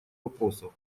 вопросов